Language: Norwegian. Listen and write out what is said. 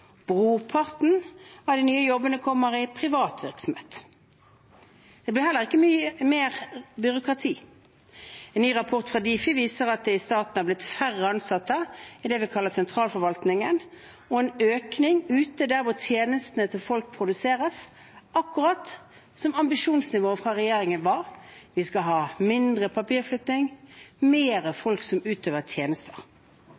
Brorparten av de nye jobbene kommer i privat virksomhet. Det ble heller ikke mer byråkrati. En ny rapport fra Difi viser at det i staten er blitt færre ansatte i det vi kaller sentralforvaltningen, og en økning ute der hvor tjenestene til folk produseres, akkurat som ambisjonsnivået til regjeringen var. Vi skal ha mindre papirflytting